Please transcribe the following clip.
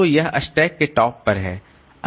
तो यह स्टैक के टॉप पर है